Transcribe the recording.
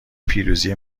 پیروزی